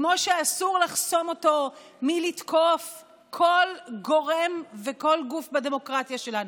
כמו שאסור לחסום אותו מלתקוף כל גורם וכל גוף בדמוקרטיה שלנו.